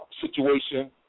situation